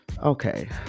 Okay